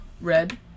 red